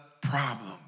problem